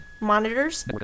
monitors